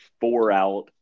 four-out